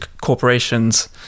corporations